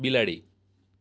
બિલાડી